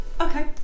Okay